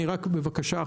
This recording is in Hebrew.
בבקשה,